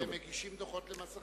והם מגישים דוחות למס הכנסה.